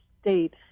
state